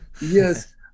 yes